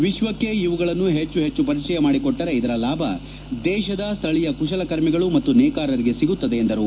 ವಿಶ್ವಕ್ಕೆ ಇವುಗಳನ್ನು ಹೆಚ್ಚು ಹೆಚ್ಚು ಪರಿಚಯ ಮಾಡಿಕೊಟ್ಟರೆ ಅದರ ಲಾಭ ದೇಶದ ಸ್ಥಳೀಯ ಕುಶಲಕರ್ಮಿಗಳು ಮತ್ತು ನೇಕಾರರಿಗೆ ಸಿಗುತ್ತದೆ ಎಂದರು